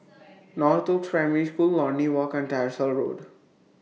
Northoaks Primary School Lornie Walk and Tyersall Road